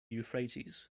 euphrates